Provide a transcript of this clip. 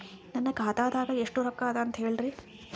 ನನ್ನ ಖಾತಾದಾಗ ಎಷ್ಟ ರೊಕ್ಕ ಅದ ಅಂತ ಹೇಳರಿ?